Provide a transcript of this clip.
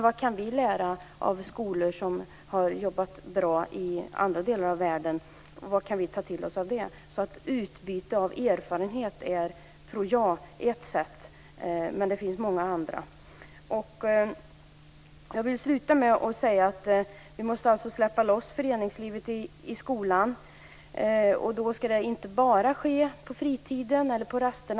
Vad kan vi lära av skolor i andra delar av världen där det har gått bra? Vad kan vi ta till oss från dem? Utbyte av erfarenheter är ett sätt att arbeta på, men det finns också många andra sätt. Vi måste släppa loss föreningslivet i skolan. Det ska inte bara ske på fritiden eller på rasterna.